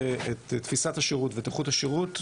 המון פניות שהאגפים האלה באיזשהו מקום נזרקו